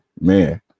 man